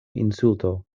insulto